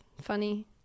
funny